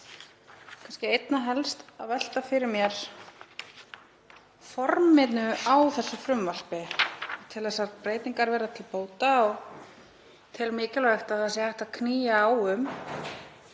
Ég er einna helst að velta fyrir mér forminu á þessu frumvarpi. Ég tel þessar breytingar vera til bóta og tel mikilvægt að hægt sé að knýja á um